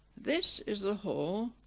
this is the hall,